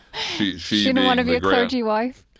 she she didn't want to be a clergy wife?